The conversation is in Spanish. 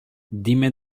dime